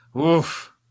Oof